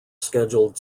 scheduled